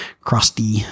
crusty